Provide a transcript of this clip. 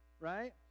right